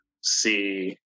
see